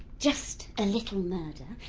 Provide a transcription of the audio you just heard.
just a little murder.